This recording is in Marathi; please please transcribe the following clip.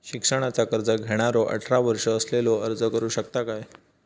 शिक्षणाचा कर्ज घेणारो अठरा वर्ष असलेलो अर्ज करू शकता काय?